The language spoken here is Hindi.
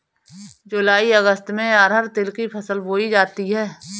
जूलाई अगस्त में अरहर तिल की फसल बोई जाती हैं